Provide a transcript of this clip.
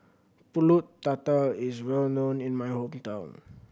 Pulut Tatal is well known in my hometown